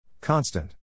Constant